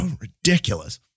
ridiculous